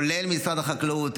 כולל ממשרד החקלאות.